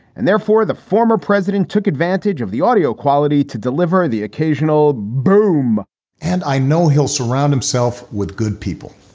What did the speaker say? and therefore, the former president took advantage of the audio quality to deliver the occasional boom and i know he'll surround himself with good people,